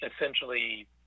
essentially